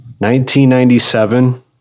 1997